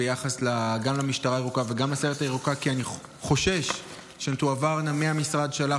ביחס למשטרה הירוקה ולסיירת הירוקה כי אני חושש שהן תועברנה מהמשרד שלך,